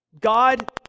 God